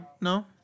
No